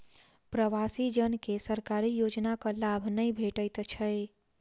प्रवासी जन के सरकारी योजनाक लाभ नै भेटैत छै